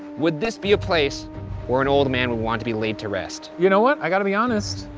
would this be a place where an old man would want to be laid to rest? you know what, i gotta be honest,